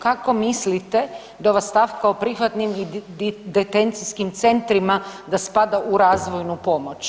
Kako mislite da ova stavka o prihvatnim i detencijskim centrima da spada u razvojnu pomoć?